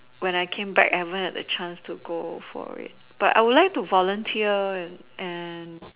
when I came back I never had a chance to go for it but I would like to volunteer for it and and